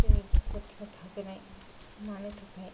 सिरि दुखुथिया थाफैनाय मानो थाखाय